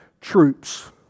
troops